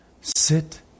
Sit